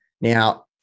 Now